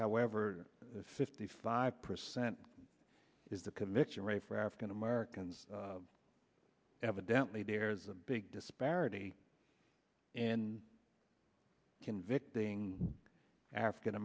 however fifty five percent is the commission rate for african americans evidently there's a big disparity in convicting african